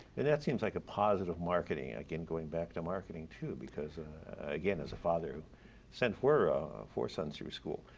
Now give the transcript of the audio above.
and that seems like positive marketing, again going back to marketing too, because again as a father who sent four ah four sons through school,